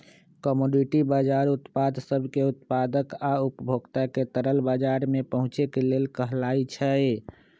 commodity बजार उत्पाद सब के उत्पादक आ उपभोक्ता के तरल बजार में पहुचे के लेल कहलाई छई